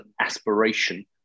aspiration